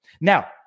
now